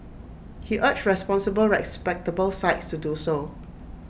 he urged responsible respectable sites to do so